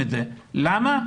למה?